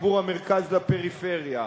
בחיבור המרכז לפריפריה,